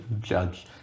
judge